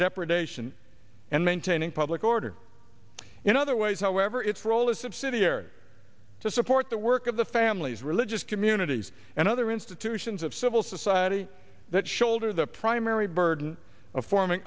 depredation and maintaining public order in other ways however its role is subsidiary to support the work of the families religious communities and other institutions of civil society that shoulder the primary burden of forming